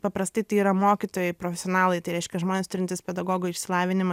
paprastai yra mokytojai profesionalai tai reiškia žmonės turintys pedagogo išsilavinimą